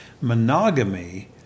monogamy